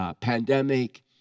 pandemic